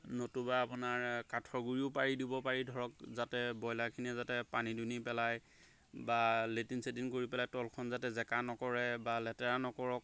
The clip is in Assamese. নতুবা আপোনাৰ কাঠৰ গুড়িও পাৰি দিব পাৰি ধৰক যাতে ব্ৰইলাৰখিনিয়ে যাতে পানী দুনী পেলাই বা লেট্ৰিন চেতিন কৰি পেলাই তলখন যাতে জেকা নকৰে বা লেতেৰা নকৰক